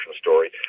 story